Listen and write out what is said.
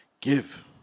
give